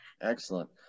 Excellent